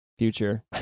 future